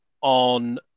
on